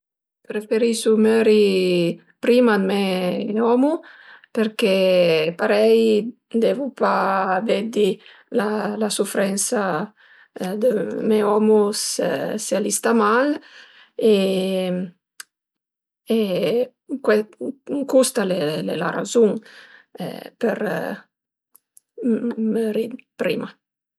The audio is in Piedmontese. Preferisu möri prima d'me omu përché parei devu pa veddi la suferensa dë me omu së a sta mal e custa al e la razun për prima